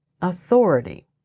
authority